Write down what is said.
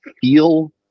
feel